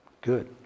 good